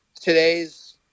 today's